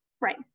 Right